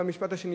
במשפט השני,